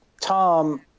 Tom